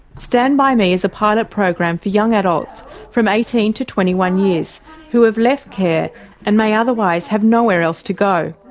stand by me is a pilot program for young adults from eighteen years to twenty one years who have left care and may otherwise have nowhere else to go.